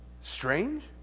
strange